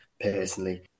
personally